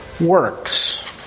works